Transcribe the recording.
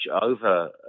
over